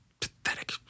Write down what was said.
Pathetic